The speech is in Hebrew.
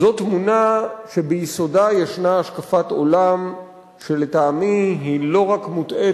זו תמונה שביסודה ישנה השקפת עולם שלטעמי היא לא רק מוטעית,